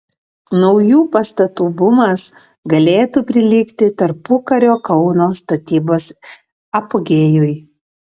naujų pastatų bumas galėtų prilygti tarpukario kauno statybos apogėjui